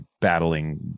battling